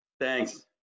Thanks